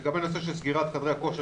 לגבי הנושא של סגירת חדרי הכושר,